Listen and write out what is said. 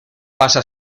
pasa